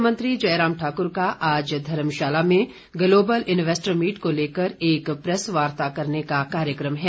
मुख्यमंत्री जयराम ठाक्र का आज धर्मशाला में ग्लोबल इन्वेस्टर मीट को लेकर एक प्रैस वार्ता करने का कार्यक्रम है